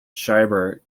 schreiber